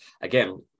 again